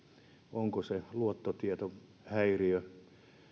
onko se luottotietohäiriö